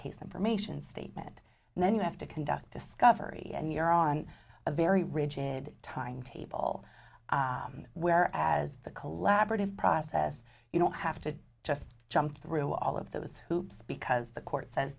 ation statement and then you have to conduct discovery and you're on a very rigid timetable where as the collaborative process you don't have to just jump through all of those hoops because the court says